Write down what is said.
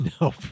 Nope